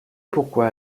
pourquoi